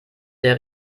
der